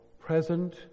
present